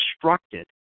constructed